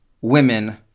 Women